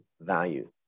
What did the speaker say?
value